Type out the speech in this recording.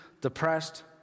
depressed